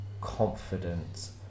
confidence